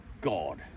God